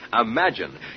Imagine